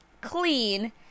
clean